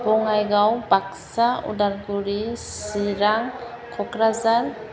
Bongaigaon Baksa Udalguri Chirang Kokrajhar